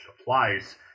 applies